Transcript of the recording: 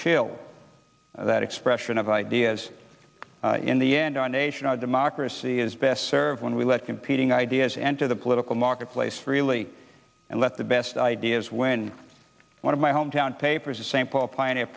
chill that expression of ideas in the end our nation our democracy is best served when we let competing ideas enter the political marketplace freely and let the best ideas when one of my hometown papers the st paul p